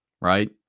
right